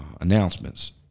announcements